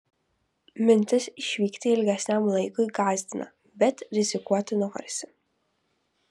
mintis išvykti ilgesniam laikui gąsdina bet rizikuoti norisi